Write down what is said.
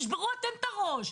תשברו אתם את הראש.